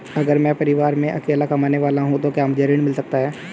अगर मैं परिवार में अकेला कमाने वाला हूँ तो क्या मुझे ऋण मिल सकता है?